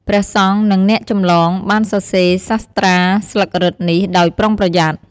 ព្រះសង្ឃ និង អ្នកចម្លង បានសរសេរសាស្ត្រាស្លឹករឹតនេះដោយប្រុងប្រយ័ត្ន។